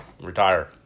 Retire